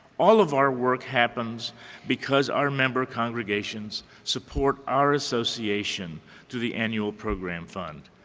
all of our work happens because our member congregations support our association through the annual program fund.